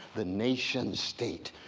the nation state,